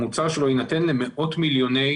המוצר שלו יינתן למאות מיליוני